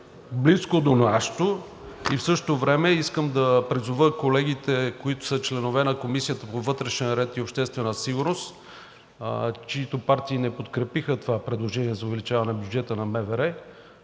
близко до нашето. В същото време искам да призова колегите, които са членове на Комисията по вътрешна сигурност и обществен ред, чиито партии не подкрепиха това предложение за увеличаване бюджета на МВР,